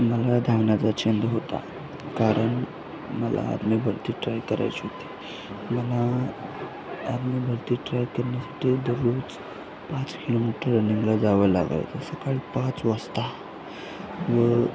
मला धावण्याचा छंद होता कारण मला आरमि भरती ट्राय करायची होती मला आरमी भरती ट्राय करण्यासाठी दररोज पाच किलोमीटर रनिंगला जावं लागायचं सकाळी पाच वाजता व